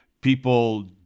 People